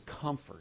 comfort